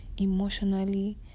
emotionally